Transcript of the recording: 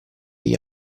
gli